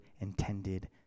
intended